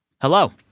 hello